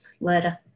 later